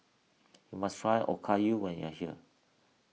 you must try Okayu when you are here